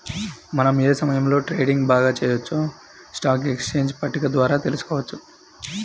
మనం ఏ సమయంలో ట్రేడింగ్ బాగా చెయ్యొచ్చో స్టాక్ ఎక్స్చేంజ్ పట్టిక ద్వారా తెలుసుకోవచ్చు